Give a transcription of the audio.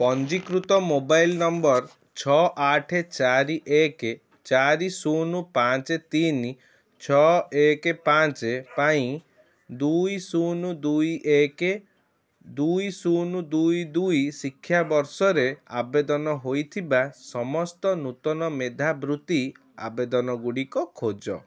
ପଞ୍ଜୀକୃତ mobile number ଛଅ ଆଠ ଚାରି ଏକ ଚାରି ଶୂନ ପାଞ୍ଚ ତିନି ଛଅ ଏକ ପାଞ୍ଚ ପାଇଁ ଦୁଇ ଶୂନ ଦୁଇ ଏକ ଦୁଇ ଶୂନ ଦୁଇ ଦୁଇ ଶିକ୍ଷାବର୍ଷରେ ଆବେଦନ ହୋଇଥିବା ସମସ୍ତ ନୂତନ ମେଧାବୃତ୍ତି ଆବେଦନ ଗୁଡ଼ିକ ଖୋଜ